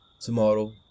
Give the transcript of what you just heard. Tomorrow